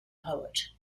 poet